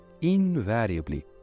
invariably